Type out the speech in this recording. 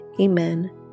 Amen